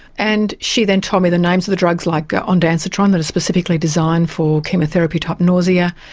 and she then told me the names of the drugs like ondansetron that is specifically designed for chemotherapy type nausea,